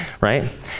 Right